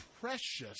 precious